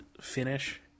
finish